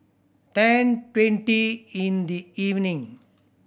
ten twenty in the evening